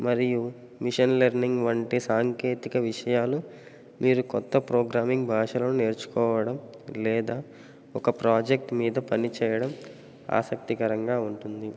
మరియు machine learning వంటి సాంకేతిక విషయాలు మీరు కొత్త ప్రోగ్రామింగ్ భాషను నేర్చుకోవడం లేదా ఒక ప్రాజెక్ట్ మీద పనిచేయడం ఆసక్తికరంగా ఉంటుంది